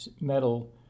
metal